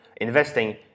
investing